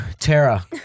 Tara